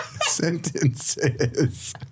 sentences